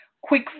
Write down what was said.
quick